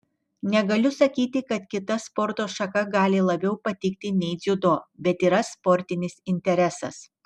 negaliu sakyti kad kita sporto šaka gali labiau patikti nei dziudo bet yra sportinis interesas